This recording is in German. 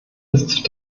ist